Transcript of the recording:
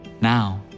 Now